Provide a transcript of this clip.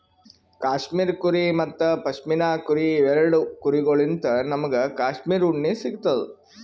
cashmere ಕುರಿ ಮತ್ತ್ ಪಶ್ಮಿನಾ ಕುರಿ ಇವ್ ಎರಡ ಕುರಿಗೊಳ್ಳಿನ್ತ್ ನಮ್ಗ್ ಕ್ಯಾಶ್ಮೀರ್ ಉಣ್ಣಿ ಸಿಗ್ತದ್